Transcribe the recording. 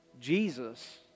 Jesus